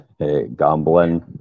gambling